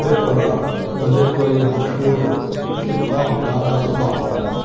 ہے اولا مجھے کوئی مشہور ہپ ہاپ گانا سُناؤ